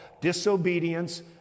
disobedience